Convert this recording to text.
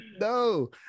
no